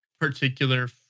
particular